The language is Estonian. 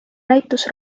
näitus